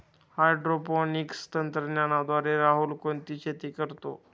Hydroponics तंत्रज्ञानाद्वारे राहुल कोणती शेती करतो?